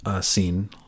scene